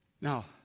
Now